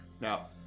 Now